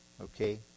okay